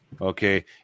okay